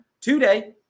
today